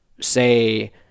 say